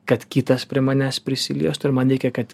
kad kitas prie manęs prisiliestų ir man reikia kad